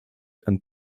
and